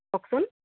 কওকচোন